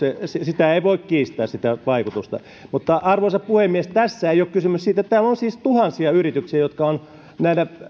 sitä vaikutusta ei voi kiistää mutta arvoisa puhemies tässä ei ole kysymys siitä täällä on siis tuhansia yrityksiä jotka ovat näiden